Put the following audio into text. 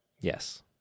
Yes